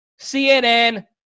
CNN